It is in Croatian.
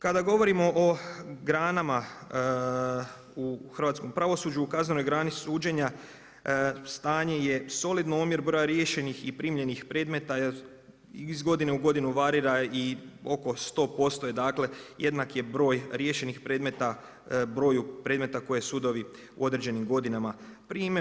Kada govorimo o granama u hrvatskom pravosuđu, u kaznenoj grani suđenja stane je solidno, omjer broja riješenih i primljenih predmeta iz godine u godinu varira i oko 100% je dakle, jednak je broj riješenih predmeta broju predmeta koji sudovi u određenim godinama prime.